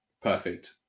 Perfect